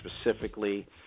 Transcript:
specifically